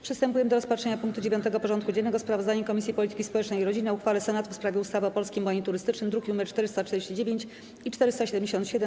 Przystępujemy do rozpatrzenia punktu 9. porządku dziennego: Sprawozdanie Komisji Polityki Społecznej i Rodziny o uchwale Senatu w sprawie ustawy o Polskim Bonie Turystycznym (druki nr 449 i 477)